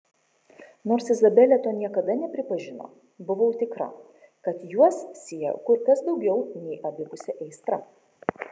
nors izabelė to niekada nepripažino buvau tikra kad juos siejo kur kas daugiau nei abipusė aistra